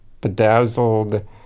bedazzled